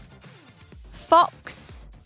Fox